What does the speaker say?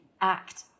act